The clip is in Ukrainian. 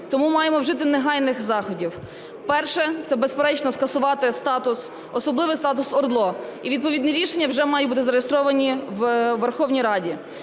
тому маємо вжити негайних заходів. Перше – це, безперечно, скасувати особливий статус ОРДЛО. І відповідні рішення вже мають бути зареєстровані у Верховній Раді.